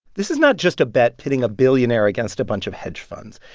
this is not just a bet pitting a billionaire against a bunch of hedge funds.